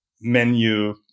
menu